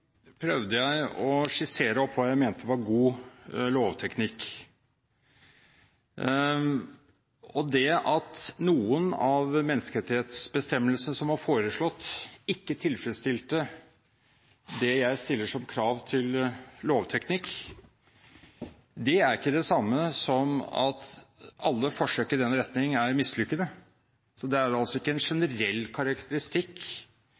prøvde jeg å skissere opp hva jeg mente var god lovteknikk. Det at noen av menneskerettighetsbestemmelsene som er foreslått, ikke tilfredsstilte det jeg stiller som krav til lovteknikk, er ikke det samme som at alle forsøk i den retning er mislykkede. Det er altså ikke en